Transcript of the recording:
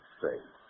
faith